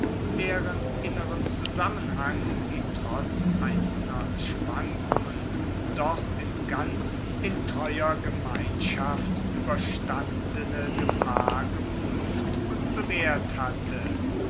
deren inneren zusammenhang die trotz einzelner schwankungen doch im ganzen in treuer gemeinschaft ueberstandene gefahr geprueft und bewaehrt hatte